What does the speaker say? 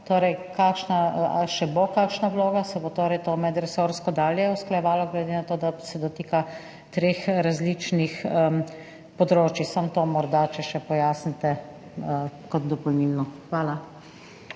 Bo še kakšna vloga? Se bo to medresorsko dalje usklajevalo, glede na to, da se dotika treh različnih področij? Če morda še samo to pojasnite kot dopolnilno. Hvala.